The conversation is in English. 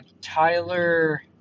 Tyler